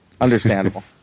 Understandable